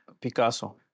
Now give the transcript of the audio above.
Picasso